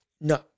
No